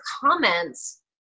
comments